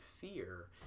fear